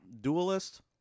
dualist